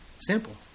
Simple